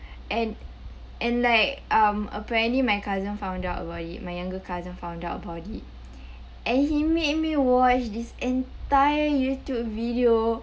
and and like um apparently my cousin found out about it my younger cousin found out about it and he made me watch this entire youtube video